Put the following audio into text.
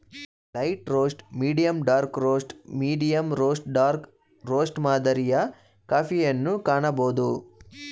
light roast, medium dark roast, medium roast dark roast ಮಾದರಿಯ ಕಾಫಿಯನ್ನು ಕಾಣಬೋದು